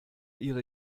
ihre